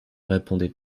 répondait